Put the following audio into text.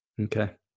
Okay